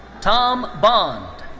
tom bond.